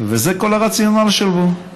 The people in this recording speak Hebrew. וזה כל הרציונל שבו.